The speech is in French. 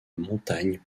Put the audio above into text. montagne